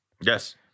yes